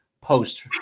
post